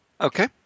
Okay